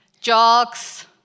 jokes